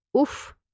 Oof